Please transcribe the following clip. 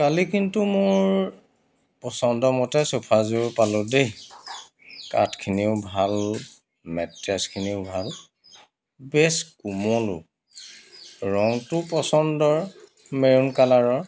কালি কিন্তু মোৰ পচন্দমতে চোফাযোৰ পালোঁ দেই কাঠখিনিও ভাল মেট্ৰেছখিনিও ভাল বেছ কোমলো ৰঙটোও পচন্দৰ মেৰুণ কালাৰৰ